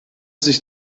sich